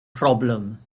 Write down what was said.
problem